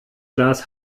glas